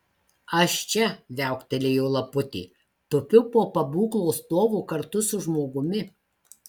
aš čia viauktelėjo laputė tupiu po pabūklo stovu kartu su žmogumi